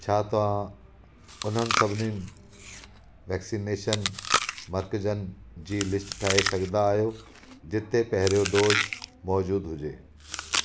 छा तव्हां उन्हनि सभिनीनि वैक्सनेशन मर्कजनि जी लिस्ट ठाहे सघंदा आहियो जिते पहिरियों डोज़ मौज़ूदु हुजे